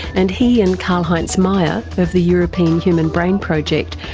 and he and karlheinz meier, of the european human brain project,